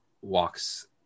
walks